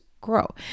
grow